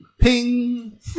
Ping